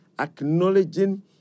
Acknowledging